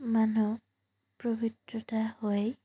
মানুহ পৱিত্ৰতা হয়